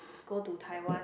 go to Taiwan